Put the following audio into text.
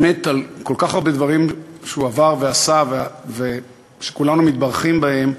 באמת על כל כך הרבה דברים שהוא עבר ועשה ושכולנו מתברכים בהם,